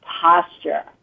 posture